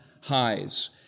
highs